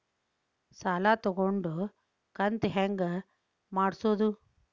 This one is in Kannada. ಸಾಲ ತಗೊಂಡು ಕಂತ ಹೆಂಗ್ ಮಾಡ್ಸೋದು?